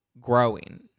growing